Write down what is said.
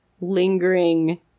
lingering